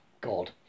God